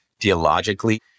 theologically